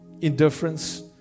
indifference